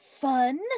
fun